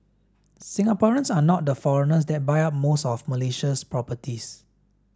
Singaporeans are not the foreigners that buy up most of Malaysia's properties